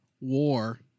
War